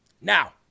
Now